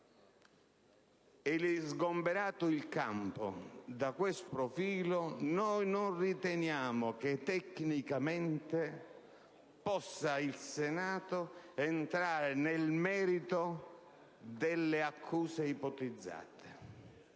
e, sgomberato il campo da questo profilo, noi non riteniamo che tecnicamente possa il Senato entrare nel merito delle accuse ipotizzate: